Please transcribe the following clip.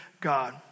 God